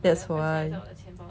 that's why